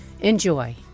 Enjoy